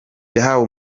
yahawe